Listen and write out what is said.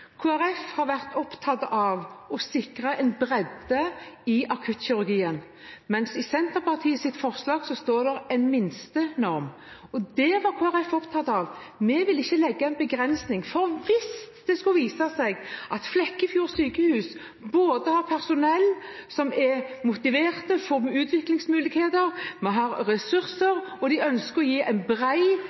har vært opptatt av å sikre en bredde i akuttkirurgien, mens det i Senterpartiets forslag handler om en minstenorm. Det var Kristelig Folkeparti opptatt av. Vi ville ikke legge noen begrensninger, for hvis det skulle vise seg at Flekkefjord sykehus både har personell som er motivert, får utviklingsmuligheter, har ressurser og ønsker å gi